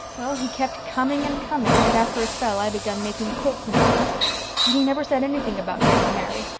well, he kept coming and coming, and after a spell i begun making quilts and things but he never said anything about getting married,